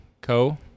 Co